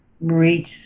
reach